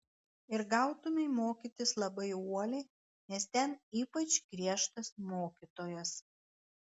ir gautumei mokytis labai uoliai nes ten ypač griežtas mokytojas